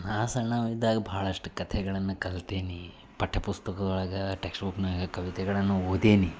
ನಾ ಸಣ್ಣವನಿದ್ದಾಗ ಭಾಳಷ್ಟು ಕಥೆಗಳನ್ನು ಕಲ್ತೀನಿ ಪಠ್ಯಪುಸ್ತಕದೊಳಗೆ ಟೆಕ್ಸ್ಟ್ಬುಕ್ನಾಗ ಕವಿತೆಗಳನ್ನು ಓದೇನಿ